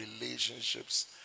relationships